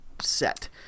set